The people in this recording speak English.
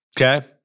okay